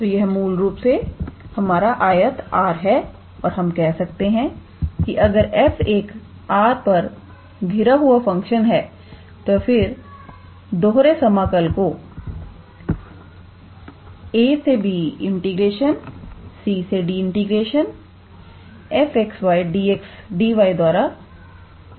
तो यह मूल रूप से हमारा आयत R है और हम कह सकते हैं कि अगर f एक R पर घिरा हुआ फंक्शन है तो फिर हम दोहरे समाकल को ab cd𝑓𝑥 𝑦𝑑𝑥𝑑𝑦 द्वारा दर्शा सकते हैं